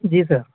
جی سر